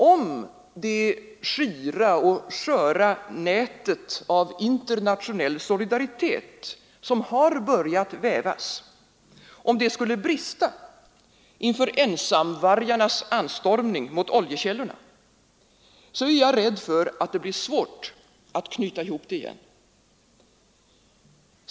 Om det skira och sköra nät av internationell solidaritet som börjat vävas skulle brista inför ensamvargarnas anstormning mot oljekällorna, är jag rädd för att det blir svårt att knyta ihop det igen.